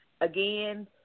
Again